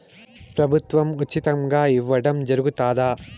ప్రభుత్వం ఉచితంగా ఇయ్యడం జరుగుతాదా?